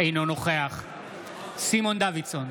אינו נוכח סימון דוידסון,